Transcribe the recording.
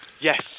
yes